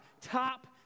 top